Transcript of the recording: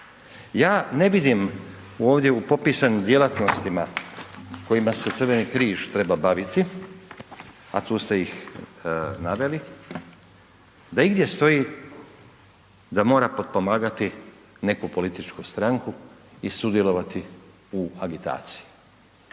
Ja ne vidim ovdje u popisanim djelatnostima kojima se Crveni križ treba baviti, a tu ste ih naveli, da igdje stoji da mora potpomagati neku političku stranku i sudjelovati u agitaciji.